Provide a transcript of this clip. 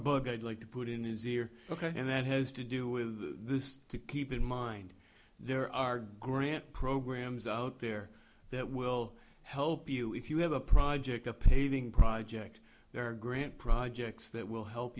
book i'd like to put in his ear ok and that has to do with this to keep in mind there are grant programs out there that will help you if you have a project a paving project there or grant projects that will help